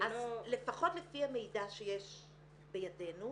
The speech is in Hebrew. לפחות לפי המידע שיש בידינו,